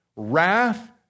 Wrath